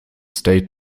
state